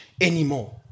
anymore